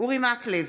אורי מקלב,